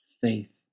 faith